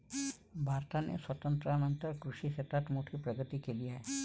भारताने स्वातंत्र्यानंतर कृषी क्षेत्रात मोठी प्रगती केली आहे